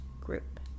group